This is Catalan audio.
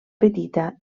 petita